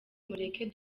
mureke